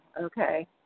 okay